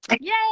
Yay